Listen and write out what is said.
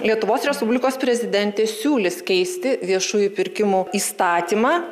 lietuvos respublikos prezidentė siūlys keisti viešųjų pirkimų įstatymą